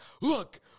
Look